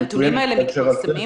הנתונים האלה מתפרסמים?